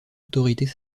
autorités